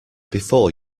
before